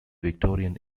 victorian